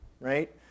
right